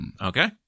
okay